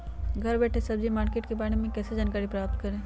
घर बैठे सब्जी मार्केट के बारे में कैसे जानकारी प्राप्त करें?